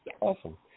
awesome